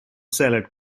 salad